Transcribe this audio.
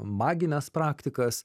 magines praktikas